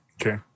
Okay